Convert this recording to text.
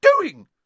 doing